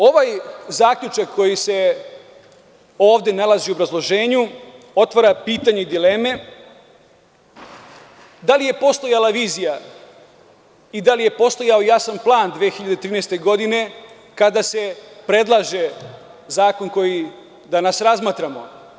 Ovaj zaključak, koji se ovde nalazi u obrazloženju, otvara pitanje i dileme – da li je postojala vizija i da li je postojao jasan plan 2013. godine kada se predlaže zakon koji danas razmatramo?